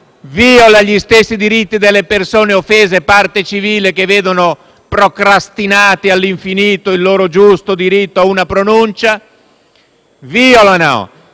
viola gli stessi diritti delle persone offese, parte civile, che vedono procrastinato all'infinito il loro giusto diritto a una pronuncia, viola il